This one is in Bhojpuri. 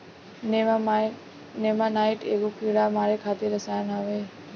नेमानाइट एगो कीड़ा मारे खातिर रसायन होवे